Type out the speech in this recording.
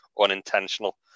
unintentional